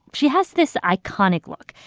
she has this iconic look.